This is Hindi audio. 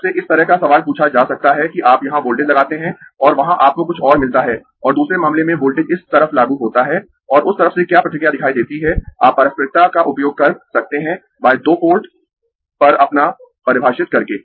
आपसे इस तरह का सवाल पूछा जा सकता है कि आप यहां वोल्टेज लगाते है और वहां आपको कुछ और मिलता है और दूसरे मामले में वोल्टेज इस तरफ लागू होता है और उस तरफ से क्या प्रतिक्रिया दिखाई देती है आप पारस्परिकता का उपयोग कर सकते है दो पोर्ट पर अपना परिभाषित करके